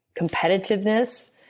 competitiveness